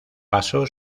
pasó